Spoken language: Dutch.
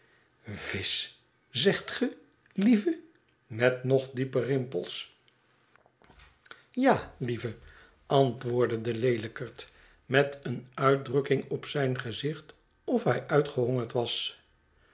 visch zegt ge lieve met nog dieper rim pels ja lieve antwoordde de leelykert met een uitdrukking op zijn gezicht of hij uitgehongerd was